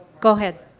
go ahead.